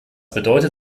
bedeutet